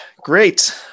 Great